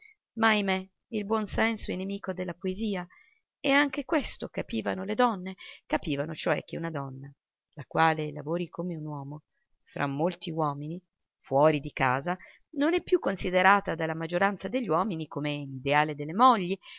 ma ahimè il buon senso è nemico della poesia e anche questo capivano le donne capivano cioè che una donna la quale lavori come un uomo fra uomini fuori di casa non è più considerata dalla maggioranza degli uomini come l'ideale delle mogli